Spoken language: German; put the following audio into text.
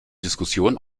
diskussion